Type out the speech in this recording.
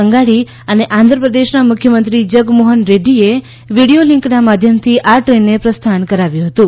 અંગાડી અને આંધ્રપ્રદેશના મુખ્યમંત્રી જગમોહન રેડ્રીએ વિડીઓ લિંકના માધ્યમથી આ ટ્રેનને પ્રસ્થાન કરાવ્યું હતુ